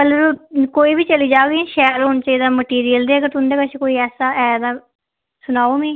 colour कोई बी चली जाग इयां शैल होने चाहिदा मटीरियल जे अगर तुं'दे कच्छ कोई ऐसा है तां सनाओ मिं